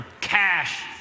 Cash